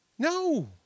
No